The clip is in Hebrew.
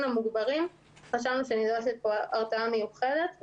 המוגברים חשבנו שנדרשת פה הרתעה מיוחדת.